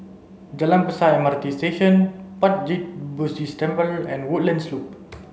Jalan Besar M R T Station Puat Jit Buddhist Temple and Woodlands Loop